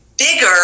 bigger